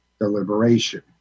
deliberation